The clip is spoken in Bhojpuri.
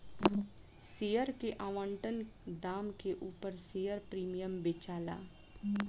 शेयर के आवंटन दाम के उपर शेयर प्रीमियम बेचाला